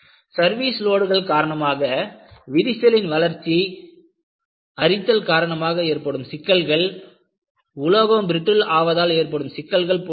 service லோடுகள் காரணமாக விரிசலின் வளர்ச்சி அரித்தல் காரணமாக ஏற்படும் சிக்கல்கள் உலோகம் பிரிட்டில் ஆவதால் ஏற்படும் சிக்கல்கள் போன்றவை